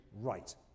right